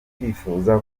twifuza